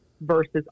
versus